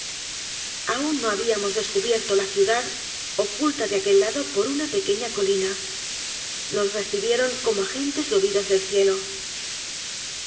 aún no habíamos descubierto la ciudad oculta de aquel lado por una pequeña colina nos recibieron como a gentes llovidas del cieloaquellos